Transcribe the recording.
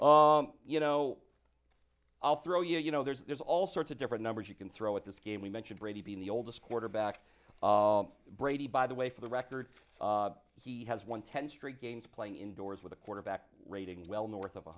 you know i'll throw you know there's all sorts of different numbers you can throw at this game we mentioned brady being the oldest quarterback brady by the way for the record he has won ten straight games playing indoors with a quarterback rating well north of